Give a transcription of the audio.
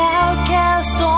outcast